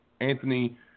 Anthony